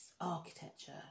architecture